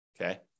Okay